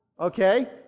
Okay